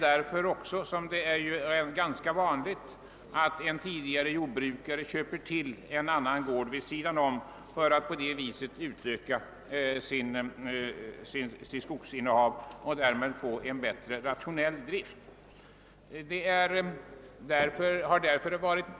Därför har det blivit ganska vanligt att en jordbrukare köper in en gård som ligger vid sidan av hans egen för att på det viset utöka sitt skogsinnehav, varigenom han får en mera rationell drift.